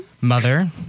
mother